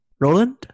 Roland